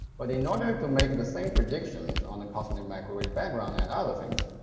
but in order to make the same predictions on a cosmic microwave background and other things,